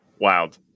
wild